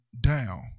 down